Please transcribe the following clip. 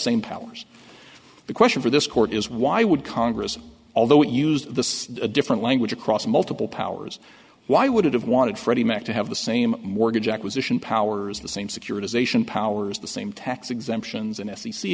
same powers the question for this court is why would congress although it used the different language across multiple powers why would it have wanted freddie mac to have the same mortgage acquisition powers the same securitization powers the same tax exemptions and s